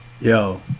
Yo